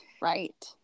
right